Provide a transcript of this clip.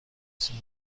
سمت